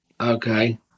Okay